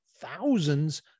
thousands